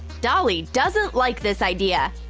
dolly doesn't like this idea!